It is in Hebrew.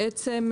בעצם,